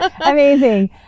Amazing